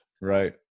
right